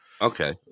Okay